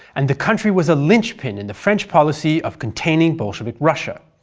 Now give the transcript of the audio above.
and the country was a lynchpin in the french policy of containing bolshevik russia.